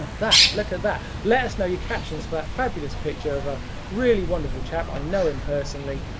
that. look at that. let us know your captions for that fabulous picture of a really wonderful chap. i know him personally.